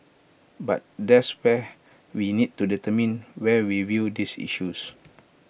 but that's where we need to determine where we view these issues